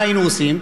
מה היינו עושים?